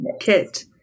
kit